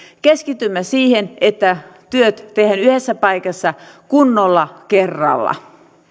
keskitymme siihen että työt tehdään yhdessä paikassa kunnolla kerralla